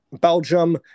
Belgium